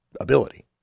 ability